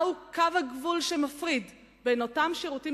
מהו קו הגבול שמפריד בין השירותים